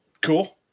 Cool